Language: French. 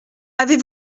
avez